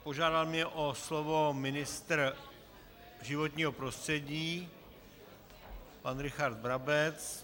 Požádal mě o slovo ministr životního prostředí pan Richard Brabec.